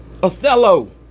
Othello